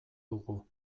dugu